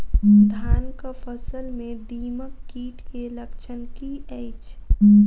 धानक फसल मे दीमक कीट केँ लक्षण की अछि?